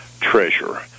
treasure